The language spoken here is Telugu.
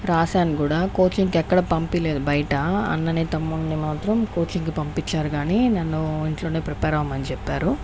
రాసాను కూడా కోచింగ్కి ఎక్కడ పంపియ్యలేదు బయట అన్నని తమ్ముని మాత్రం కోచింగ్ పంపించారు కానీ నన్ను ఇంట్లోనే ప్రిపేర్ అవ్వమని చెప్పారు